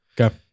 Okay